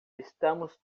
estamos